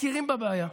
מכירים בבעיה,